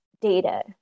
data